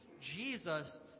Jesus